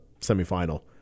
semifinal